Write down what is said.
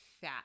fat